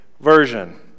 version